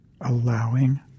allowing